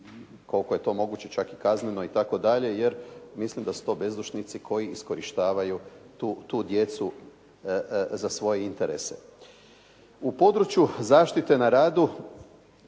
koliko je to moguće čak i kazneno itd. jer mislim da su to bezdušnici koji iskorištavaju tu djecu za svoje interese. U području zaštite na radu